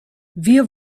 wir